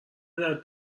لعنت